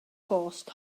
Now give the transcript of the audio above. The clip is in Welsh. gost